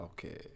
Okay